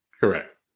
Correct